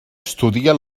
estudia